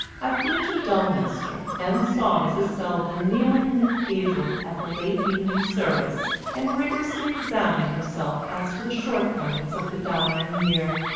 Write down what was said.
i flew to dulminster, and saw mrs. selldon kneeling in the cathedral at the late evening service and rigorously examining herself as to the shortcomings of the dying year.